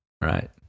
Right